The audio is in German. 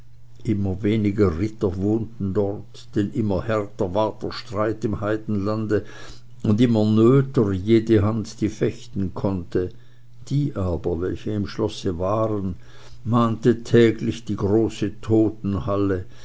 immer weniger ritter wohnten dort denn immer härter ward der streit im heidenlande und immer nöter jede hand die fechten konnte die aber welche im schlosse waren mahnte täglich die große